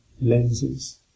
lenses